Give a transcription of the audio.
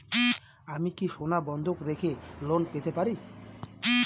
আমি কি সোনা বন্ধক রেখে লোন পেতে পারি?